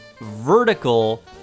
vertical